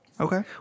Okay